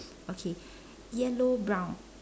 okay yellow brown